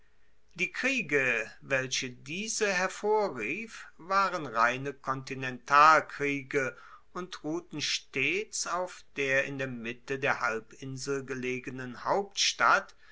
die kriege welche diese hervorrief waren reine kontinentalkriege und ruhten stets auf der in der mitte der halbinsel gelegenen hauptstadt